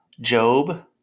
Job